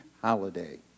holiday